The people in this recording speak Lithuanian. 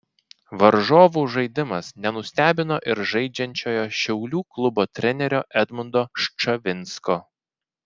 varžovų žaidimas nenustebino ir žaidžiančiojo šiaulių klubo trenerio edmundo ščavinsko